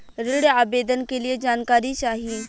ऋण आवेदन के लिए जानकारी चाही?